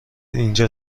اینجا